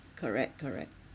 correct correct